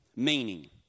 meaning